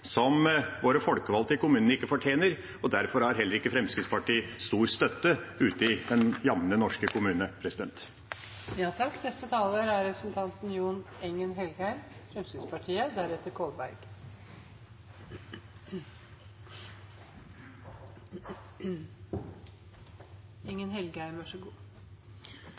våre folkevalgte i kommunene ikke fortjener. Derfor har heller ikke Fremskrittspartiet stor støtte ute i den jamne norske kommune. Det er nesten rørende å høre omsorgen fra representanten